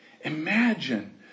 Imagine